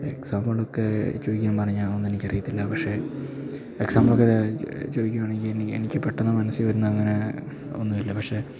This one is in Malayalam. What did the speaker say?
എക്സാമ്പളൊക്കെ ചോയ്ക്കാമ്പറഞ്ഞാ അതൊന്നും എനിക്കറിയത്തില്ല പക്ഷേ എക്സാമ്പിളക്കെ ചോദിക്കുവാണെങ്കിൽ എനിക്ക് എനിക്ക് പെട്ടെന്ന് മനസിൽ വരുന്നത് അങ്ങനെ ഒന്നൂല്ല പഷേ